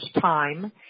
time